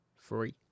three